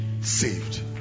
saved